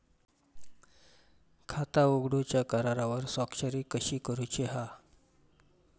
खाता उघडूच्या करारावर स्वाक्षरी कशी करूची हा?